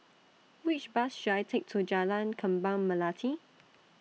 Which Bus should I Take to Jalan Kembang Melati